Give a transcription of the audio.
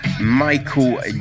Michael